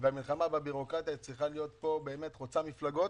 המלחמה בבירוקרטיה צריכה להיות חוצת מפלגות.